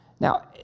Now